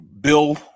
Bill